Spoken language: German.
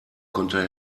konnte